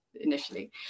initially